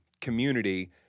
community